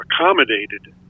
accommodated